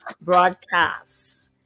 Broadcasts